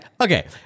Okay